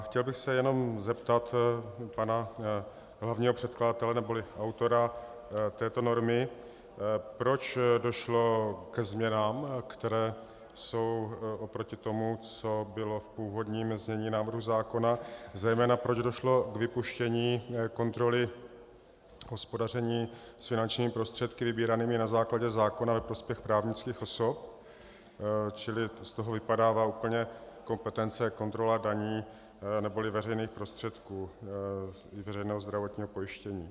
Chtěl bych se jenom zeptat pana hlavního předkladatele neboli autora této normy, proč došlo ke změnám, které jsou oproti tomu, co bylo v původním znění návrhu zákona, zejména proč došlo k vypuštění kontroly hospodaření s finančními prostředky vybíranými na základě zákona ve prospěch právnických osob, čili z toho úplně vypadává kompetence kontrola daní neboli veřejných prostředků i veřejného zdravotního pojištění.